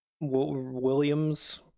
Williams